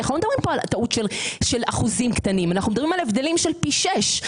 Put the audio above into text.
אנחנו לא מדברים פה על טעות של אחוזים קטנים אלא על הבדלים של פי שישה,